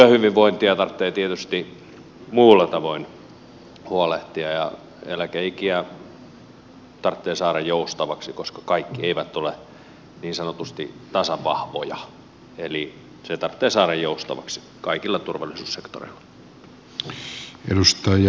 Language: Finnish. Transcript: työhyvinvoinnista tarvitsee tietysti muulla tavoin huolehtia ja eläkeikiä tarvitsee saada joustaviksi koska kaikki eivät ole niin sanotusti tasavahvoja eli ne tarvitsee saada joustaviksi kaikilla turvallisuussektoreilla